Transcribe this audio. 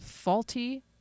Faulty